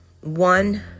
one